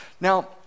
Now